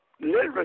literacy